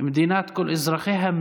מדינת כל אזרחיה,